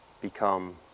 become